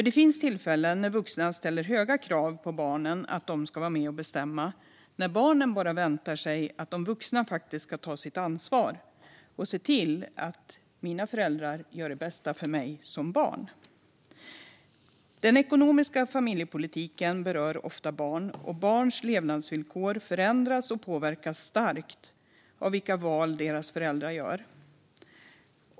Det finns tillfällen när vuxna ställer höga krav på barnen att de ska vara med och bestämma, när barnen bara väntar sig att de vuxna faktiskt ska ta sitt ansvar och att föräldrarna gör det som är det bästa för dem som barn. Den ekonomiska familjepolitiken berör ofta barn. Barns levnadsvillkor förändras och påverkas starkt av vilka val deras föräldrar gör.